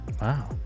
Wow